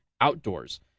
outdoors